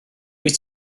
wyt